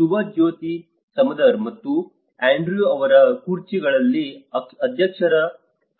ಸುಭಜ್ಯೋತಿ ಸಮದರ್ ಮತ್ತು ಆಂಡ್ರ್ಯೂಅವರ ಕುರ್ಚಿಗಳಲ್ಲಿಅಧ್ಯಕ್ಷರು